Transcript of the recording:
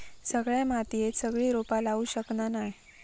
सगळ्या मातीयेत सगळी रोपा लावू शकना नाय